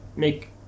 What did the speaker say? make